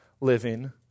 living